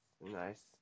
nice